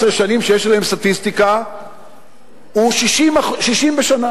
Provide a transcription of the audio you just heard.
שנים שיש עליהן סטטיסטיקה הוא 60 בשנה.